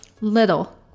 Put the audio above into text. Little